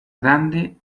grande